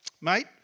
mate